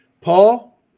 Paul